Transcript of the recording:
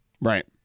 Right